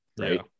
right